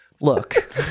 look